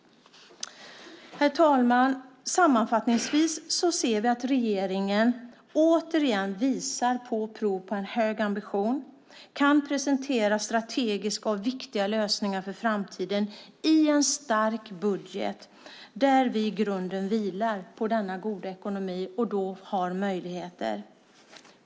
Herr talman! Sammanfattningsvis ser vi att regeringen återigen visar prov på hög ambition. Man kan presentera strategiska och viktiga lösningar för framtiden i en stark budget som vilar på en god ekonomi.